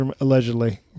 Allegedly